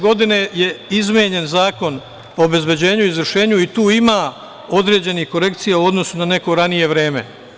Godine 2019. je izmenjen Zakon o obezbeđenju i izvršenju i tu ima određenih korekcija u odnosu na neko ranije vreme.